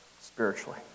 spiritually